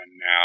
now